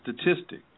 statistic